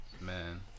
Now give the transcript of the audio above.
Man